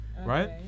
right